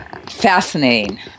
fascinating